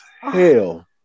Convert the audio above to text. hell